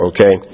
Okay